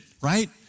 right